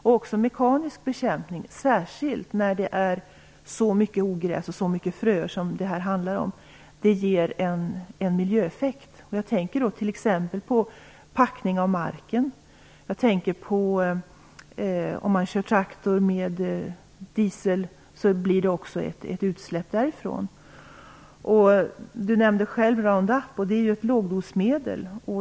Också mekanisk bekämpning, särskilt när det är så mycket ogräs och så mycket fröer som här - ger en miljöeffekt. Jag tänker t.ex. på packning av marken. Jag tänker på att det blir ett utsläpp om man kör traktor med diesel. Gudrun Lindvall nämnde själv Round Up. Det är ett lågdosmedel.